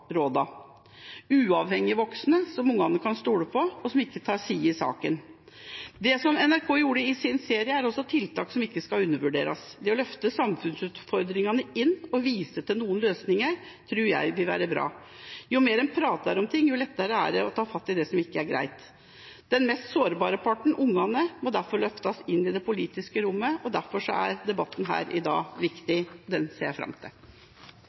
stole på, og som ikke tar side i saken. Det NRK gjorde i sin serie, er også et tiltak som ikke skal undervurderes. Det å løfte fram samfunnsutfordringer og vise til noen løsninger tror jeg vil være bra. Jo mer en prater om ting, jo lettere er det å ta fatt i det som ikke er greit. Den mest sårbare parten, ungene, må derfor løftes inn i det politiske rom. Derfor er debatten her i dag viktig. Den ser jeg fram til.